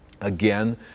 Again